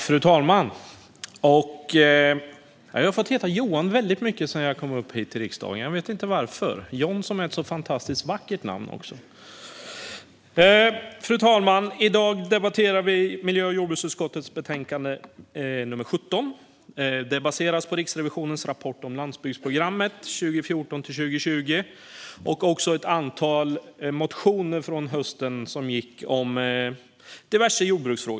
Fru talman! I dag debatterar vi miljö och jordbruksutskottets betänkande nr 17. Det baseras på Riksrevisionens rapport om Landsbygdsprogrammet 2014-2020 och på ett antal motioner från den gångna hösten om diverse jordbruksfrågor.